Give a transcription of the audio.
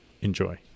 Enjoy